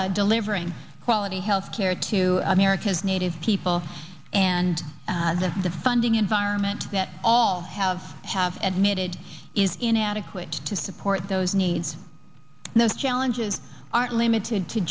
develop delivering quality health care to america's native people and the funding environment that all have have admitted is inadequate to support those needs those challenges aren't limited to